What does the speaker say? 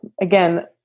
again